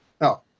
no